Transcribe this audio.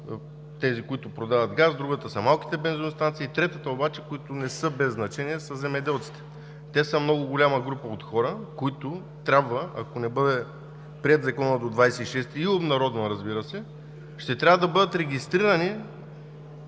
тези, които продават газ, другата са малките бензиностанции и третата обаче, които не са без значение, са земеделците. Те са много голяма група от хора, които трябва, ако не бъде приет и обнародван Законът до 26-и, разбира се, ще трябва да бъдат регистрирани